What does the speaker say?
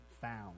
found